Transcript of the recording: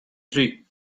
three